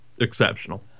Exceptional